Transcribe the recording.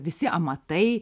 visi amatai